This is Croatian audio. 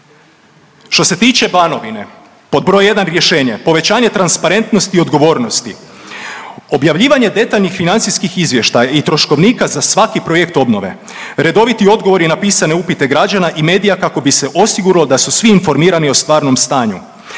Što se tiče Banovine pod broj jedan rješenje povećanje transparentnosti i odgovornosti, objavljivanje detaljnih financijskih izvještaja i troškovnika za svaki projekt obnove, redoviti odgovori na pisane upite građana i medija kako bi se osiguralo da su svi informirani o stvarnom stanju.